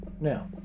Now